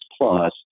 plus